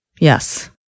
Yes